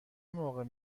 موقع